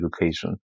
education